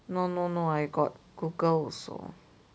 no no no I got Google also